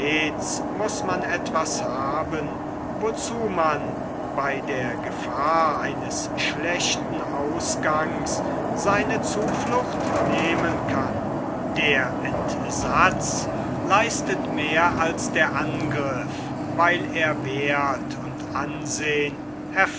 muß man etwas haben wozu man bei der gefahr eines schlechten ausgangs seine zuflucht nehmen kann der entsatz leistet mehr als der angriff weil er werth und ansehn